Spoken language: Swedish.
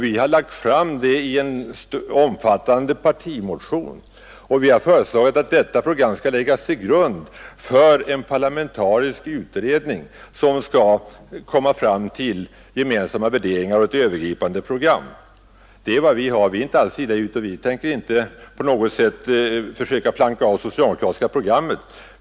Vi har lagt fram det i en omfattande partimotion och vi har föreslagit att detta program skall läggas till grund för en parlamentarisk utredning, som skall komma fram till gemensamma värderingar och ett övergripande program. Detta är vad vi har och har gjort. Vi är inte alls illa ute, och vi tänker inte på något sätt försöka planka av det socialdemokratiska programmet.